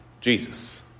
Jesus